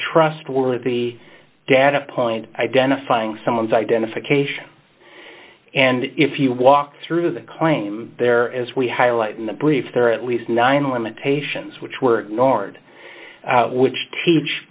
trustworthy data point identifying someone's identification and if you walk through the claim there as we highlight in the brief there are at least nine limitations which were nord which teach